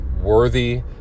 worthy